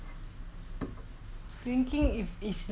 I feel that if you got family then don't need love [what]